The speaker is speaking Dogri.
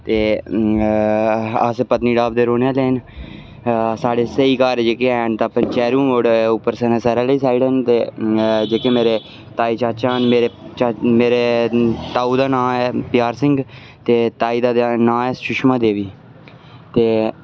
ते अस पत्नीटाप दे रौह्ने आले आं साढ़े स्हेई घर जे के हैन ते पंचैरी मोड़ उप्पर सन्नासर आहली साइड न ते जेह्के मेरे मेरे ताए चाचे मेरे ताऊ दा नांऽ ऐ प्यार सिंह ते ताई दा जेह्ड़ा नांऽ ऐ सुषमा देवी ते